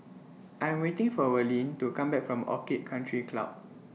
I Am waiting For Verlin to Come Back from Orchid Country Club